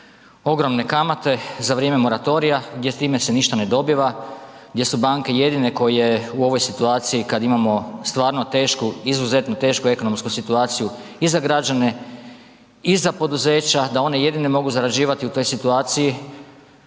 ogromne kamate za vrijeme moratorija, gdje time se ništa ne dobiva, gdje su banke jedine koje u ovoj situaciji kad imamo stvarno tešku, izuzetno tešku ekonomsku situaciju i za građane i za poduzeća da one jedine mogu zarađivati u toj situaciji.